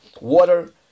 water